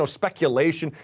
so speculation,